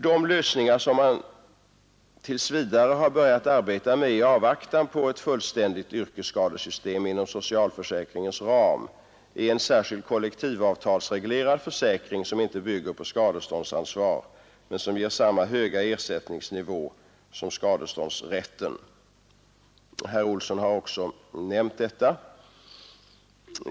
De lösningar som man tills vidare har börjat arbeta med i avvaktan på ett fullständigt yrkesskadesystem inom socialförsäkringens ram är en särskild kollektivavtalsreglerad försäkring som inte bygger på skadeståndsansvar men som ger samma höga ersättningsnivå som skadestånds rätten. Herr Olsson i Stockholm har också nämnt detta.